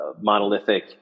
monolithic